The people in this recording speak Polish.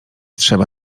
trzeba